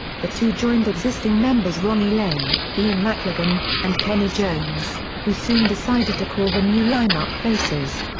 the two joined existing members ronnie lane, ian mclagan, and kenney jones, who soon decided to call the new line-up faces.